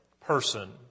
person